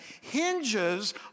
hinges